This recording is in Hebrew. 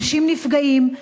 אנשים נפגעים,